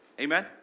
Amen